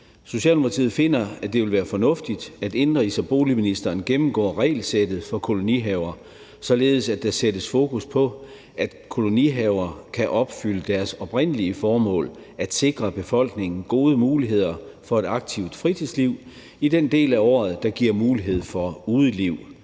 Socialdemokratiet finder, at det vil være fornuftigt, at indenrigs- og boligministeren gennemgår regelsættet for kolonihaver, således at der sættes fokus på, at kolonihaver kan opfylde deres oprindelige formål: at sikre befolkningen gode muligheder for et aktivt fritidsliv i den del af året, der giver mulighed for udeliv.